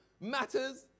matters